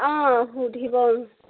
অঁ সুধিব